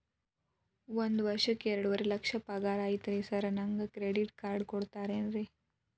ಒಂದ್ ವರ್ಷಕ್ಕ ಎರಡುವರಿ ಲಕ್ಷ ಪಗಾರ ಐತ್ರಿ ಸಾರ್ ನನ್ಗ ಕ್ರೆಡಿಟ್ ಕಾರ್ಡ್ ಕೊಡ್ತೇರೆನ್ರಿ?